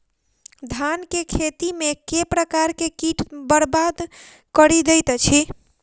धान केँ खेती मे केँ प्रकार केँ कीट बरबाद कड़ी दैत अछि?